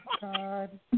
God